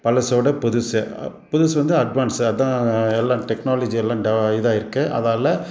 பழசோட புதுசே புதுசு வந்து அட்வான்ஸ் அதுதான் எல்லாம் டெக்னாலஜி எல்லாம் ட இதாயிருக்குது அதால்